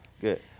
good